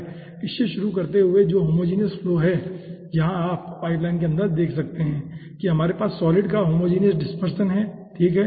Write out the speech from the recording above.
ठीक है इस से शुरू करते हुए जो होमोजीनियस फ्लो है यहाँ आप पाइपलाइन के अंदर देख सकते हैं कि हमारे पास सॉलिड का होमोजीनियस डिस्परशन हैं ठीक है